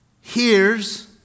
Hears